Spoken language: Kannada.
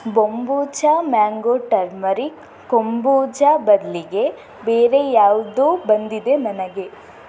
ಬೊಂಬೂಚ ಮ್ಯಾಂಗೋ ಟರ್ಮರಿಕ್ ಕೊಂಬೂಚಾ ಬದಲಿಗೆ ಬೇರೆ ಯಾವುದೋ ಬಂದಿದೆ ನನಗೆ